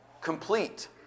Complete